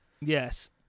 Yes